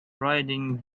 riding